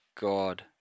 God